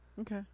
Okay